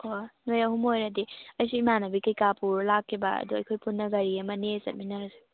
ꯑꯣ ꯅꯣꯏ ꯑꯍꯨꯝ ꯑꯣꯏꯔꯗꯤ ꯑꯩꯁꯨ ꯏꯃꯥꯟꯅꯕꯤ ꯀꯩꯀꯥ ꯄꯨꯔꯒ ꯂꯥꯛꯀꯦꯕ ꯑꯗꯣ ꯑꯩꯈꯣꯏ ꯄꯨꯟꯅ ꯒꯥꯔꯤ ꯑꯃ ꯅꯦꯛꯑꯒ ꯆꯠꯃꯤꯟꯅꯔꯁꯦ